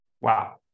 Wow